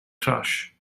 thrush